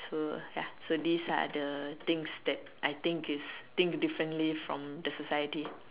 so ya so these are the things that I think that I think is think differently from the society